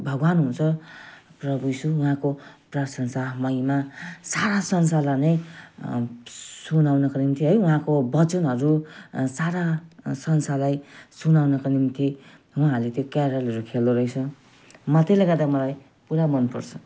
भगवान हुन्छ प्रभु येसु उहाँको प्रशंसा महिमा सारा संसारलाई नै सुनाउनको निम्ति है उहाँको वचनहरू सारा संसारलाई सुनाउनको निम्ति उहाँहरूले त्यो क्यारोलहरू खेल्दोरहेछ म त्यसले गर्दा मलाई पुरा मनपर्छ